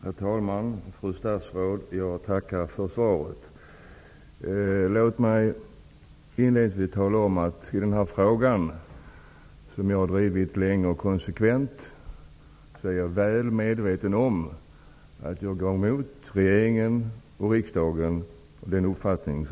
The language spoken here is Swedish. Herr talman! Fru statsråd! Jag tackar för svaret. Låt mig inledningsvis tala om att jag är väl medveten om att jag i den här frågan -- som jag har drivit länge och konsekvent -- går emot den uppfattning som finns i regeringen och riksdagen.